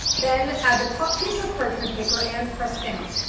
then, add the top piece of parchment paper and press down.